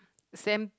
sem